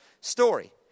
story